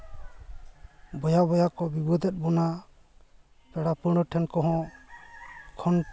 ᱵᱚᱭᱦᱟ ᱵᱚᱭᱦᱟ ᱠᱚ ᱵᱤᱵᱟᱹᱵᱮᱫ ᱵᱚᱱᱟ ᱯᱮᱲᱟ ᱯᱟᱹᱣᱲᱟᱹ ᱴᱷᱮᱱ ᱠᱚᱦᱚᱸ ᱠᱷᱚᱱ